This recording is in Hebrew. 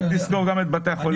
רק תזכור גם את בתי החולים,